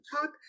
talk